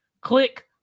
Click